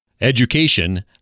Education